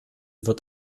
wird